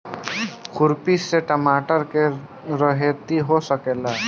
खुरपी से टमाटर के रहेती हो सकेला?